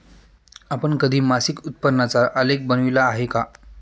आपण कधी मासिक उत्पन्नाचा आलेख बनविला आहे का?